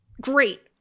Great